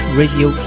radio